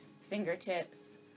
Fingertips